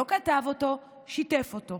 לא כתב אותו, שיתף אותו.